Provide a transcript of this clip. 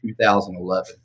2011